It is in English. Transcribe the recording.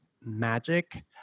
magic